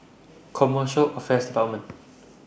Commercial Affairs department